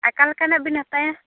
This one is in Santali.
ᱚᱠᱟᱞᱮᱱᱟᱜ ᱵᱤᱱ ᱦᱟᱛᱟᱣᱟ